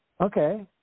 Okay